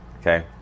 okay